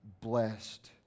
blessed